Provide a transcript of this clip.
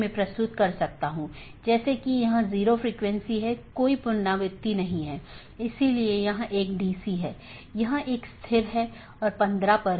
तो मैं AS1 से AS3 फिर AS4 से होते हुए AS6 तक जाऊँगा या कुछ अन्य पाथ भी चुन सकता हूँ